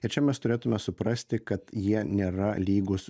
ir čia mes turėtume suprasti kad jie nėra lygūs